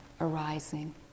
arising